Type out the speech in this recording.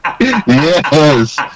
Yes